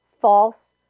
false